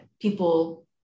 people